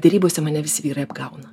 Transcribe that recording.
derybose mane visi vyrai apgauna